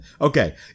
Okay